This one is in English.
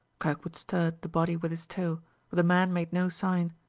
kirkwood stirred the body with his toe, but the man made no sign.